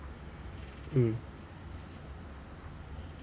mm